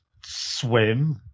swim